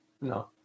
no